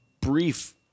brief